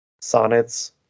sonnets